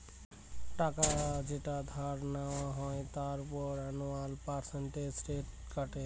টাকা যেটা ধার নেওয়া হয় তার উপর অ্যানুয়াল পার্সেন্টেজ রেট কাটে